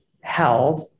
held